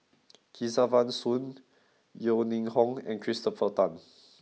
Kesavan Soon Yeo Ning Hong and Christopher Tan